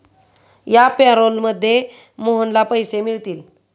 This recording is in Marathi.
या पॅरोलमध्ये मोहनला पैसे मिळतील